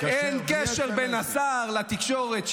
אין קשר בין השר לתקשורת.